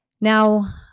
Now